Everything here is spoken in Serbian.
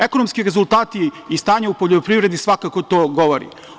Ekonomski rezultati i stanje u poljoprivredi svakako to govori.